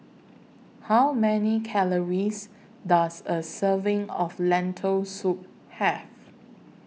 How Many Calories Does A Serving of Lentil Soup Have